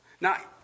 Now